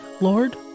Lord